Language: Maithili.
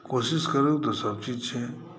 कोशिश करूँ तऽ सभ चीज़ छै